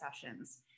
sessions